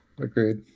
Agreed